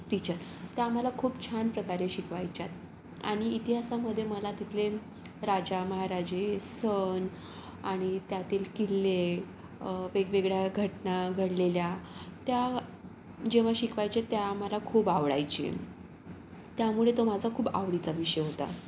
teacher त्या आम्हाला खूप छानप्रकारे शिकवायच्या आणि इतिहासामधे मला तिथले राजा महाराजे सन आणि त्यातील किल्ले वेगवेगळ्या घटना घडलेल्या त्या जेव्हा शिकवायच्या ते आम्हाला खूप आवडायचे त्यामुळे तो माझा खूप आवडीचा विषय होता